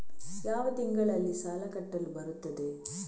ಯಾವ ತಿಂಗಳಿಗೆ ಸಾಲ ಕಟ್ಟಲು ಬರುತ್ತದೆ?